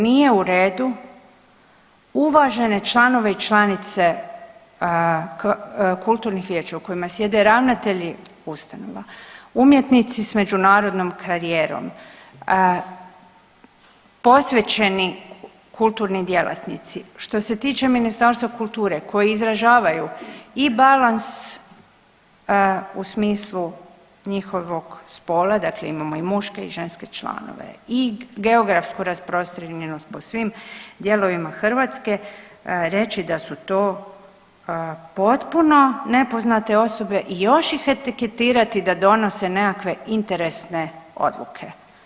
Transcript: Nije u redu uvažene članove i članice kulturnih vijeća u kojima sjede ravnatelji ustanova, umjetnici s međunarodnom karijerom, posvećeni kulturni djelatnici, što se tiče Ministarstva kulture koji izražavaju i balans u smislu njihovog spola, dakle imamo i muške i ženske članove i geografsku rasprostranjenost po svim dijelovima Hrvatske reći da su to potpuno nepoznate osobe i još ih etiketirati da donose nekakve interesne odluke.